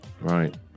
Right